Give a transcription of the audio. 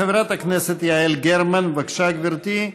חברת הכנסת יעל גרמן, בבקשה, גברתי.